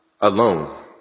alone